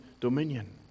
dominion